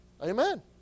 Amen